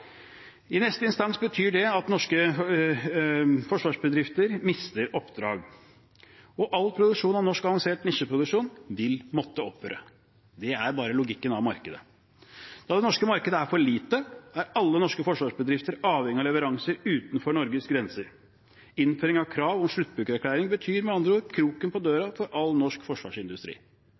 I neste instans betyr det at norske forsvarsbedrifter mister oppdrag, og all norsk, avansert nisjeproduksjon vil måtte opphøre. Det er logikken i markedet. Da det norske markedet er for lite, er alle norske forsvarsbedrifter avhengig av leveranser utenfor Norges grenser. Innføring av krav om sluttbrukererklæring betyr med andre ord kroken på døra for all norsk forsvarsindustri.